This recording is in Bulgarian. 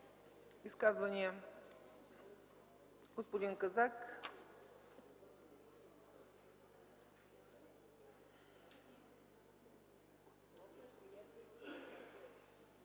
Изказвания? Господин Казак.